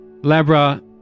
Labra